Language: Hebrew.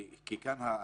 כי כאן הרשם,